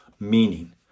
meaning